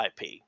IP